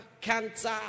cancer